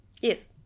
Yes